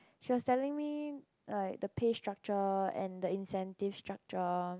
she was telling me like the pay structure and the incentive structure